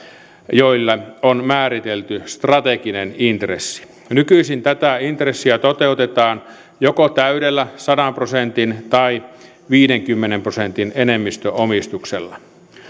joille on määritelty strateginen intressi nykyisin tätä intressiä toteutetaan joko täydellä sadan prosentin tai viidenkymmenen prosentin enemmistöomistuksella